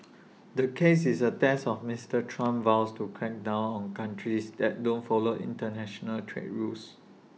the case is A test of Mister Trump's vow to crack down on countries that don't follow International trade rules